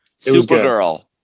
Supergirl